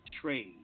trade